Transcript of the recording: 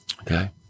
Okay